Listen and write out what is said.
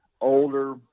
older